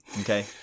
Okay